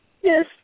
Yes